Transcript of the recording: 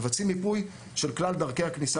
מבצעים מיפוי של כלל דרכי הכניסה